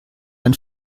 ein